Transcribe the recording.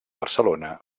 barcelona